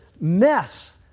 mess